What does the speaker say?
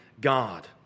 God